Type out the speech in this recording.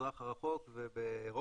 במזרח הרחוק ובאירופה.